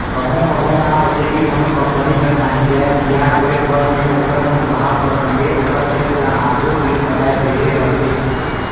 कभों कभों का होथे कि कोनो कंपनी हर कांही जाएत तियार होय पर में ओकर मूल भाव कर संघे ओकर टेक्स ल आघुच ले पटाए देहे रहथे